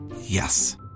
Yes